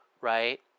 right